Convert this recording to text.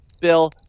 Bill